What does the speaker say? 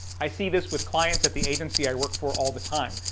i see this with clients at the agency i work for all the time.